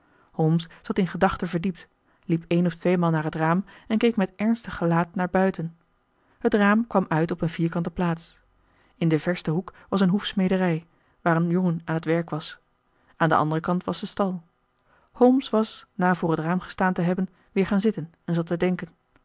holmes zat in gedachten verdiept liep een of tweemaal naar het raam en keek met ernstig gelaat naar buiten het raam kwam uit op een vierkante plaats in den versten hoek was een hoefsmederij waar een jongen aan het werk was aan den anderen kant was de stal holmes was na voor het raam gestaan te hebben weer gaan zitten en zat te denken